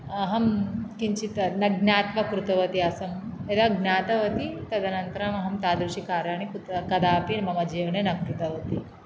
अहं किञ्चित् न ज्ञात्वा कृतवती आसम् यदा ज्ञातवती तदन्तरम् अहम् तादृशी कार्याणि कुत्रा कदापि मम जीवने न कृतवती